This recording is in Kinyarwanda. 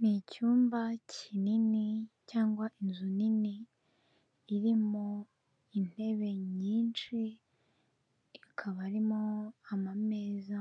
Ni cyumba kinini cyangwa inzu nini, iririmo intebe nyinshi, ikaba arimo amameza